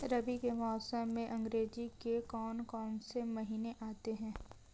रबी के मौसम में अंग्रेज़ी के कौन कौनसे महीने आते हैं?